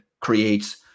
creates